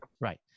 Right